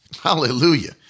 Hallelujah